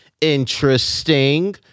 Interesting